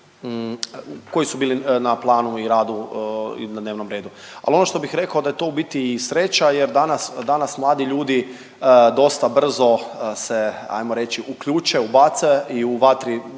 koji su bili na planu i radu i na dnevnom redu. Ali ono što bih rekao da je to u biti i sreća jer danas, danas mladi ljudi dosta brzo se ajmo reći uključe, ubace i u vatri